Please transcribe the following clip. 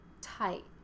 Tight